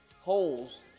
holes